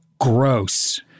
gross